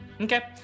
Okay